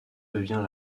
devient